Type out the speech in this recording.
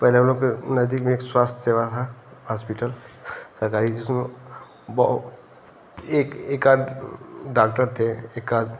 पहले हम लोग के नज़दीक में एक स्वास्थय सेवा था हास्पिटल सरकारी जिसमें बहो एक एकाध डाक्टर थे एकाध